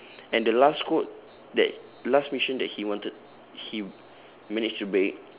and the last code that last mission that he wanted he managed to break